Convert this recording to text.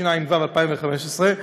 התשע"ו 2015,